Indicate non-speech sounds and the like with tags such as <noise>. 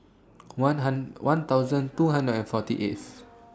one <unintelligible> one thousand two hundred and forty eighth